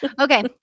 okay